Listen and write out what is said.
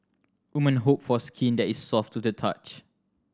women hope for skin that is soft to the touch